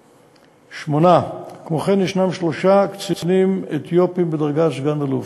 8. כמו כן ישנם שלושה קצינים אתיופים בדרגת סא"ל,